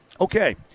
Okay